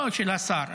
לא של השר,